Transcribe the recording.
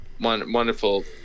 Wonderful